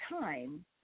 time